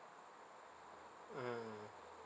mmhmm